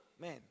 man